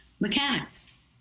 mechanics